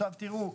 עכשיו תראו,